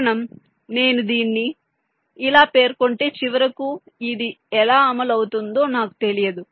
కారణం నేను దీన్ని ఇలా పేర్కొంటే చివరకు ఇది ఎలా అమలు అవుతుందో నాకు తెలియదు